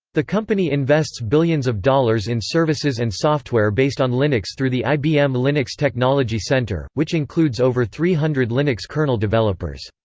the company invests billions of dollars in services and software based on linux through the ibm linux technology center, which includes over three hundred linux kernel developers.